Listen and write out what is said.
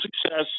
success